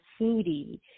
Foodie